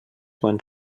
quan